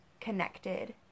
connected